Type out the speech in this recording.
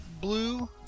Blue